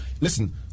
listen